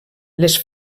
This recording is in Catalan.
les